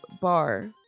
bar